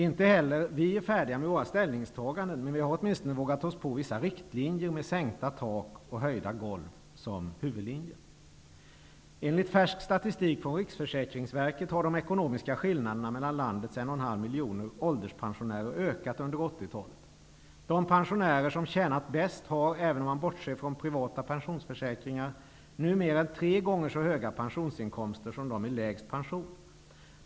Inte heller vi är färdiga med våra ställningstaganden, men vi har åtminstone vågat oss på vissa riktlinjer med sänkta tak och höjda golv som huvudlinje. Enligt färsk statistik från Riksförsäkringsverket har de ekonomiska skillnaderna mellan landets 1,5 miljoner ålderspensionärer ökat under 80-talet. De pensionärer som tjänar bäst har -- även om man bortser från privata pensionsförsäkringar -- nu mer än tre gånger så höga pensionsinkomster som de med lägst pension.